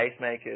pacemakers